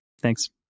Thanks